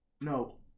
No